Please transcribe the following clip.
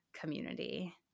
community